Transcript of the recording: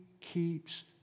keeps